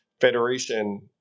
federation